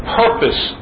purpose